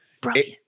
Brilliant